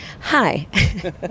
Hi